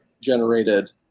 generated